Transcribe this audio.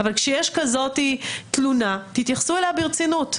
אבל כשיש כזאת תלונה, תתייחסו אליה ברצינות.